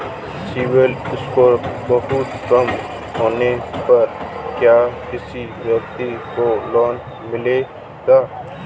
CIBIL score बहुत कम होने पर क्या किसी व्यक्ति को लोंन मिलेगा?